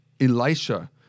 Elisha